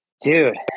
dude